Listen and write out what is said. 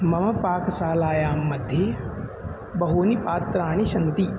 मम पाकशालायां मध्ये बहूनि पात्राणि सन्ति